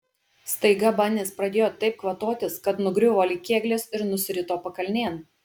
staiga banis pradėjo taip kvatotis kad nugriuvo lyg kėglis ir nusirito pakalnėn